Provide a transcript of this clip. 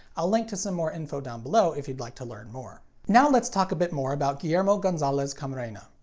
i'll link to some more info down below if you'd like to learn more. now let's talk a bit more about guillermo gonzalez camarena.